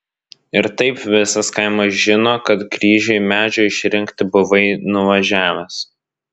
ir taip visas kaimas žino kad kryžiui medžio išrinkti buvai nuvažiavęs